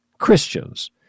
Christians